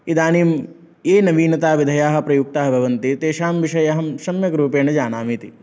इदानीम् ये नवीनताविधयः प्रयुक्ताः भवन्ति तेषां विषये अहं सम्यक् रूपेण जानामि इति